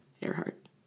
Earhart